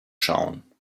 schauen